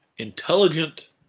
intelligent